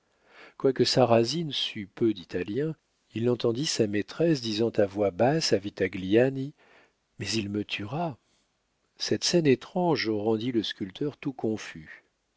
quoique sarrasine sût peu d'italien il entendit sa maîtresse disant à voix basse à vitagliani mais il me tuera cette scène étrange rendit le sculpteur tout confus